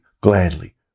gladly